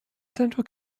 central